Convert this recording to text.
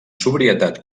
sobrietat